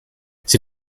sie